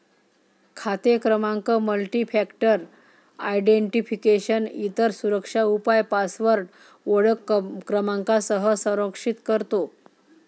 खाते क्रमांक multifactor identification, इतर सुरक्षा उपाय पासवर्ड ओळख क्रमांकासह संरक्षित करतो